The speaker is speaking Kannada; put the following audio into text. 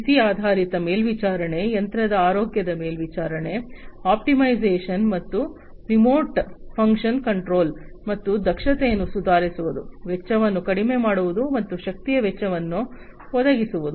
ಸ್ಥಿತಿ ಆಧಾರಿತ ಮೇಲ್ವಿಚಾರಣೆ ಯಂತ್ರದ ಆರೋಗ್ಯದ ಮೇಲ್ವಿಚಾರಣೆ ಆಪ್ಟಿಮೈಸೇಶನ್ ಮತ್ತು ರಿಮೋಟ್ ಫಂಕ್ಷನ್ ಕಂಟ್ರೋಲ್ ಮತ್ತು ದಕ್ಷತೆಯನ್ನು ಸುಧಾರಿಸುವುದು ವೆಚ್ಚವನ್ನು ಕಡಿಮೆ ಮಾಡುವುದು ಮತ್ತು ಶಕ್ತಿಯ ವೆಚ್ಚವನ್ನು ಒದಗಿಸುವುದು